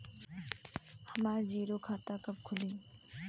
हमरा जीरो खाता कब खुली?